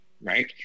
Right